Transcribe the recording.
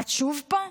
את שוב פה?